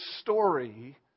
story